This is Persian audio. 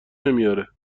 نمیاره